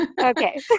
Okay